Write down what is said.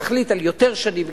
נחליט על יותר שנים,